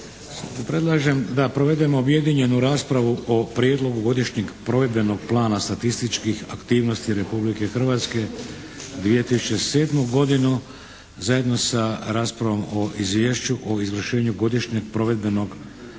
Predlažem da provedemo objedinjenu raspravu o: - Prijedlogu godišnjeg provedbenog plana statističkih aktivnosti Republike Hrvatske 2007. godine zajedno sa raspravom o - Izvješću o izvršenju Godišnjeg provedbenog plana